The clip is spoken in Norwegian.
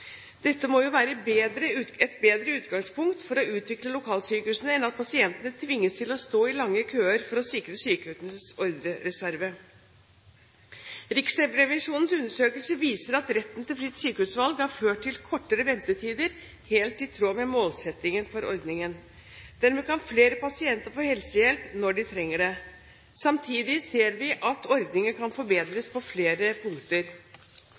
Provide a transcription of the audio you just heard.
Dette må jo være et bedre utgangspunkt for å utvikle lokalsykehusene enn at pasienter tvinges til å stå i lange køer for å sikre sykehusenes ordrereserve. Riksrevisjonens undersøkelse viser at retten til fritt sykehusvalg har ført til kortere ventetider, helt i tråd med målsettingen for ordningen. Dermed kan flere pasienter få helsehjelp når de trenger det. Samtidig ser vi at ordningen kan forbedres på flere punkter.